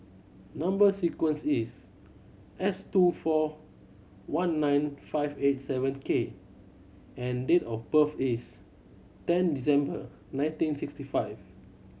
number sequence is S two four one nine five eight seven K and date of birth is ten December nineteen sixty five